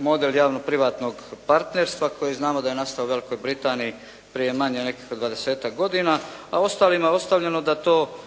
model javno-privatnog partnerstva koji znamo da je nastao u Velikoj Britaniji prije manje od nekih 20 godina, a ostalima je ostavljeno da to